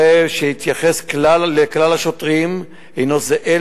הרי שהיחס לכלל השוטרים הינו זהה,